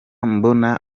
mbona